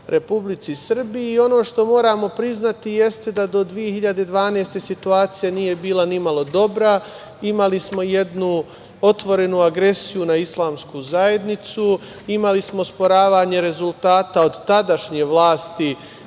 Republici Srbiji, i ono što moramo priznati jeste da do 2012. godine situacija nije bila ni malo dobra. Imali smo jednu otvorenu agresiju na islamsku zajednicu, imali smo osporavanje rezultata od tadašnje vlasti